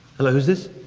hello who is this?